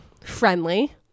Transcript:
friendly